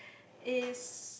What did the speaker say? is